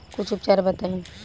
कुछ उपचार बताई?